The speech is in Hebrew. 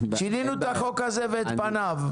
שינינו את החוק הזה ואת פניו.